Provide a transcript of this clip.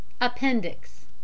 Appendix